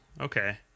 Okay